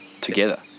together